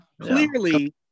clearly